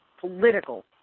political